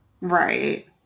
Right